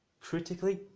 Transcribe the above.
critically